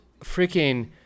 freaking –